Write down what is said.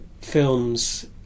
films